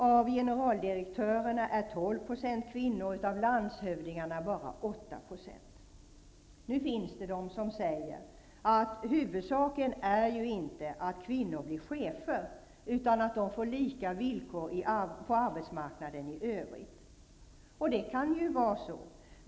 Av generaldirektörerna är Nu finns det de som säger att huvudsaken är ju inte att kvinnor blir chefer, utan att de får lika villkor på arbetsmarknaden i övrigt. Och det kan ju vara så.